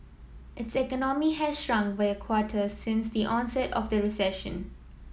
its economy has shrunk by a quarter since the onset of the recession